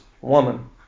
Woman